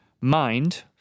mind